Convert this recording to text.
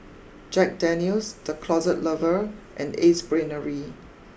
Jack Daniel's the Closet Lover and Ace Brainery